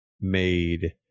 made